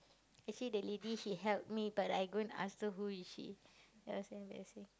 actually the lady she help me but I go and ask her who is she that was so embarassing